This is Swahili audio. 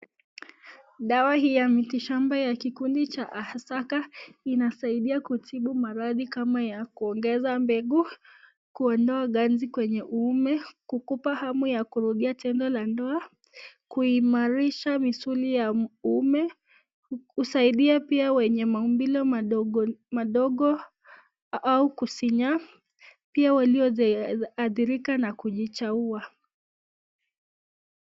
Dawa hii ya mitishamba ya kikundi cha Ahasaka inasaidia kutibu maradhi kama ya kuongeza mbegu, kuondoa ganzi kwenye uume, kukupa hamu ya kurudia tendo la ndoa, kuimarisha misuli ya uume. Husaidia pia wenye maumbile madogo madogo au kusinyaa pia walioadhririka na kujichaua.